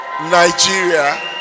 Nigeria